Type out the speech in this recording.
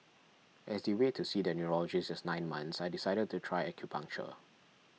as the wait to see the neurologist is nine months I decided to try acupuncture